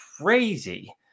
crazy